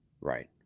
right